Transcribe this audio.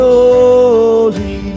holy